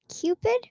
Cupid